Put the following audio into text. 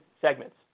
segments